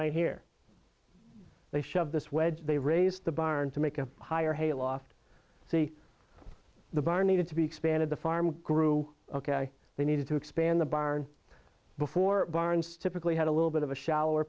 right here they shove this wedge they raised the barn to make a higher hay loft see the barn needed to be expanded the farm grew ok they needed to expand the barn before barns typically had a little bit of a shallower